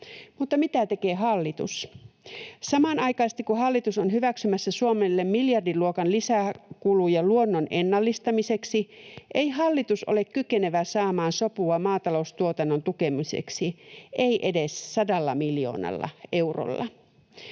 Mutta mitä tekee hallitus? Samanaikaisesti, kun hallitus on hyväksymässä Suomelle miljardiluokan lisäkuluja luonnon ennallistamiseksi, hallitus ei ole kykenevä saamaan sopua maataloustuotannon tukemiseksi, ei edes 100 miljoonalla eurolla.